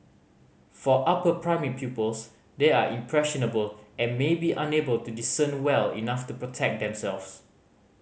for upper primary pupils they are impressionable and may be unable to discern well enough to protect themselves